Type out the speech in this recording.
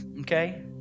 okay